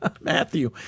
Matthew